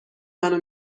منو